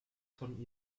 von